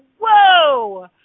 whoa